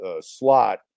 slot